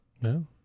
No